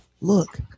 look